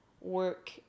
work